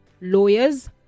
lawyers